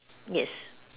yes